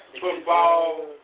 football